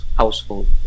household